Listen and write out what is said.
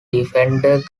defender